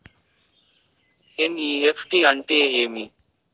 NEFT అంటే ఏమి